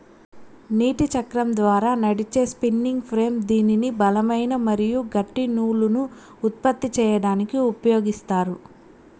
నీటి చక్రం ద్వారా నడిచే స్పిన్నింగ్ ఫ్రేమ్ దీనిని బలమైన మరియు గట్టి నూలును ఉత్పత్తి చేయడానికి ఉపయోగిత్తారు